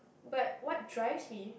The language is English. but what drives me